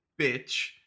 bitch